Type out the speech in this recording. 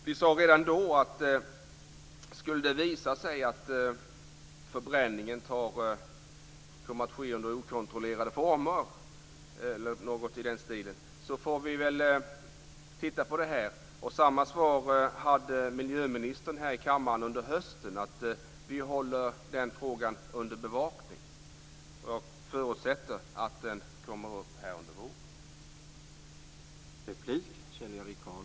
Vi sade redan då att om det skulle visa sig att förbränningen kommer att ske under okontrollerade former eller liknande får vi titta på det. Samma svar hade miljöministern här i kammaren under hösten, att vi håller den frågan under bevakning. Jag förutsätter att den kommer upp här under våren.